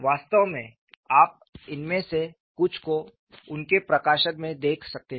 वास्तव में आप इनमें से कुछ को उनके प्रकाशन में देख सकते हैं